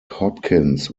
hopkins